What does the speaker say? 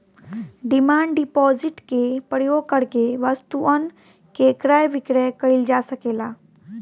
demand deposit के प्रयोग करके वस्तुअन के क्रय विक्रय कईल जा सकेला